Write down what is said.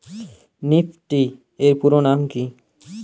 Nifty এর পুরোনাম কী?